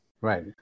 Right